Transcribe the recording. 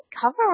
cover